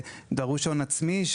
ודרוש הון עצמי,